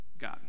God